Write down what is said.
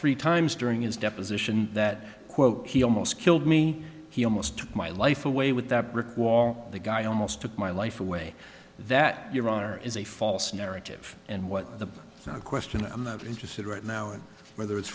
three times during his deposition that quote he almost killed me he almost took my life away with that brick wall the guy almost took my life away that your honor is a false narrative and what the question i'm not interested right now is whether it's